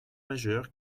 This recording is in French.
majeur